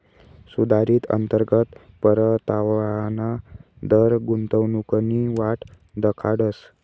सुधारित अंतर्गत परतावाना दर गुंतवणूकनी वाट दखाडस